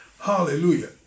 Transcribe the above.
Hallelujah